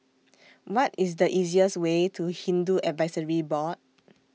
What IS The easiest Way to Hindu Advisory Board